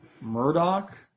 Murdoch